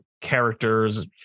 characters